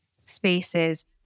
spaces